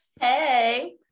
hey